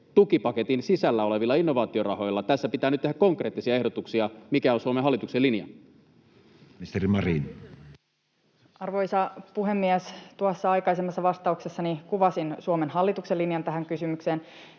tukipaketin sisällä olevilla innovaatiorahoilla? Tässä pitää nyt tehdä konkreettisia ehdotuksia. Mikä on Suomen hallituksen linja? Ministeri Marin. Arvoisa puhemies! Tuossa aikaisemmassa vastauksessani kuvasin Suomen hallituksen linjan tähän kysymykseen.